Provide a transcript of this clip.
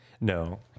No